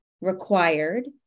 required